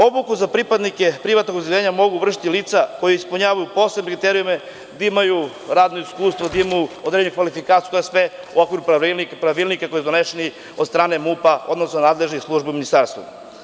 Obuku za pripadnike privatnog obezbeđenja mogu vršiti lica koja ispunjavaju posebne kriterijume, da imaju radno iskustvo, da imaju određene kvalifikacije, to je sve u okviru pravilnika koji je donet od strane MUP-a, odnosno nadležnih službi u Ministarstvu.